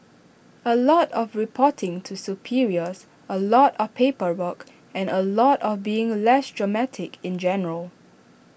A lot of reporting to superiors A lot of paperwork and A lot of being less dramatic in general